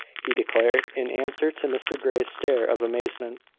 he declared, in answer to mr grey's stare of amazement.